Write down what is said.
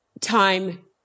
time